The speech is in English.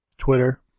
Twitter